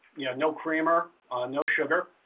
you know creamer on no sugar.